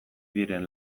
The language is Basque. diren